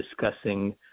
discussing